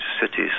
cities